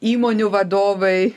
įmonių vadovai